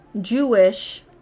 Jewish